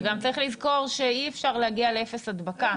וגם צריך לזכור שאי-אפשר להגיע לאפס הדבקה.